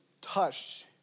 touched